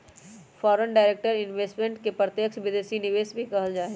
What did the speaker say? foreign direct investment के प्रत्यक्ष विदेशी निवेश भी कहल जा हई